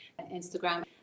Instagram